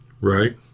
Right